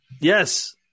Yes